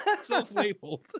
self-labeled